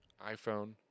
iPhone